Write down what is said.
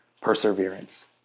perseverance